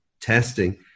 testing